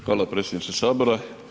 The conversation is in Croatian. Hvala predsjedniče Sabora.